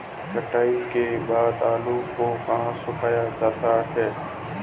कटाई के बाद आलू को कहाँ सुखाया जाता है?